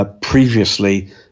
previously